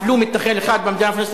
אפילו לא מתנחל אחד במדינה הפלסטינית,